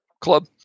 club